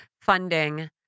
funding